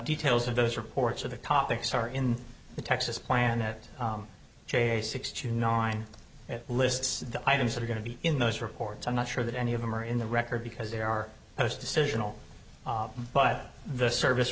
details of those reports of the topics are in the texas planet j six two nine it lists the items that are going to be in those reports i'm not sure that any of them are in the record because there are those decisional but the service